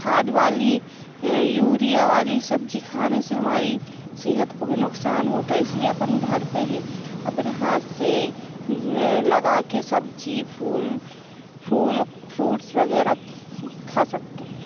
खाद वाली यूरिया वाली सब्ज़ी वाली सब्ज़ी खाने से हमारी सेहत को भी नुक़सान होता है इसलिए अपन घर पर ही अपने हाथ से लगाकर सब्ज़ी फूल फूल फ्रूट्स वग़ैरह खा सकते हैं